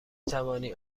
توانی